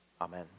Amen